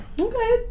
Okay